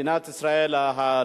מדינת ישראל הדרומית